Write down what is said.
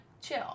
chill